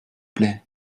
plaît